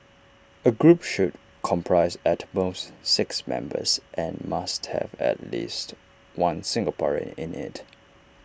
A group should comprise at most six members and must have at least one Singaporean in IT